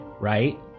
right